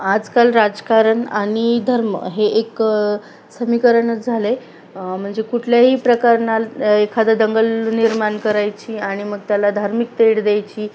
आजकाल राजकारण आणि धर्म हे एक समीकरणच झालं आहे म्हणजे कुठल्याही प्रकारणात एखादं दंगल निर्माण करायची आणि मग त्याला धार्मिक तेढ द्यायची